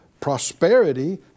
prosperity